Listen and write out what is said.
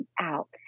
out